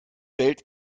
bellt